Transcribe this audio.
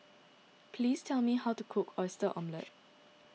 please tell me how to cook Oyster Omelette